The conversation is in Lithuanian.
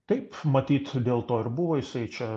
taip matyt dėl to ir buvo jisai čia